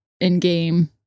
in-game